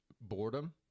boredom